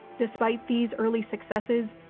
despite these early successes,